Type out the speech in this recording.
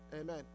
Amen